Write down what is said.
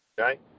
Okay